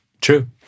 True